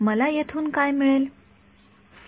मला येथून काय मिळेल